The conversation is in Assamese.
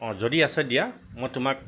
অঁ যদি আছে দিয়া মই তোমাক